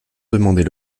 demandée